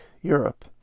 Europe